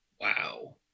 Wow